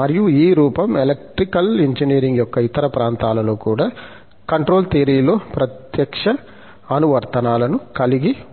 మరియు ఈ రూపం ఎలక్ట్రికల్ ఇంజనీరింగ్ యొక్క ఇతర ప్రాంతాలలో కూడా కంట్రోల్ థియరీ లో ప్రత్యక్ష అనువర్తనాలను కలిగి ఉంది